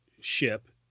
ship